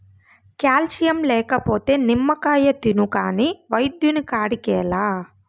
calcium లేకపోతే నిమ్మకాయ తిను కాని వైద్యుని కాడికేలా